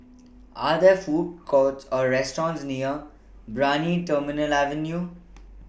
Are There Food Courts Or restaurants near Brani Terminal Avenue